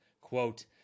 quote